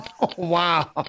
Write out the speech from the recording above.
Wow